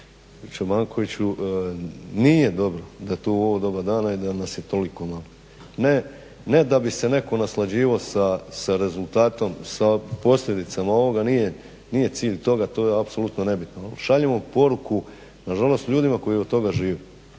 Čobankoviću. Nije dobro da je to u ovo doba dana i da nas je toliko malo. Ne, ne da bi se neko naslađivo sa rezultatom, sa posljedicama ovoga, nije cilj toga, to je apsolutno nebitno. Šaljemo poruku nažalost, ljudima koji od toga žive.